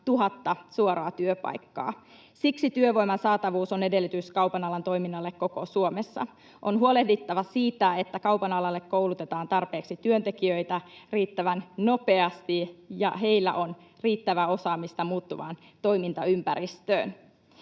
300 000 suoraa työpaikkaa. Siksi työvoiman saatavuus on edellytys kaupan alan toiminnalle koko Suomessa. On huolehdittava siitä, että kaupan alalle koulutetaan tarpeeksi työntekijöitä riittävän nopeasti ja heillä on riittävää osaamista muuttuvassa toimintaympäristössä.